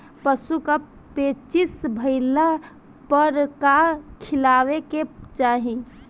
पशु क पेचिश भईला पर का खियावे के चाहीं?